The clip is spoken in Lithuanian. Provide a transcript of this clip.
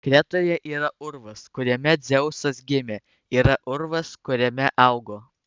kretoje yra urvas kuriame dzeusas gimė yra urvas kuriame augo